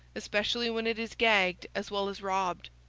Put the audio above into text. especially when it is gagged as well as robbed?